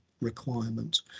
requirement